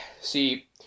See